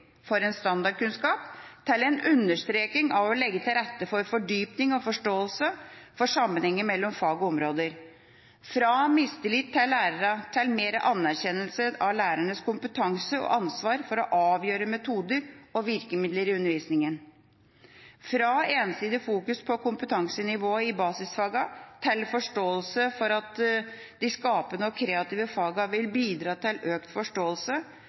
for standardkunnskap til en understreking av å legge til rette for fordypning og forståelse for sammenhenger mellom fag og områder fra mistillit til lærerne til mer anerkjennelse av lærernes kompetanse og ansvar for å avgjøre metoder og virkemidler i undervisningen fra ensidig fokusering på kompetansenivået i basisfagene til forståelse for at de skapende og kreative fagene vil bidra til økt forståelse,